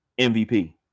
MVP